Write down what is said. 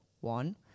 one